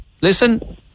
listen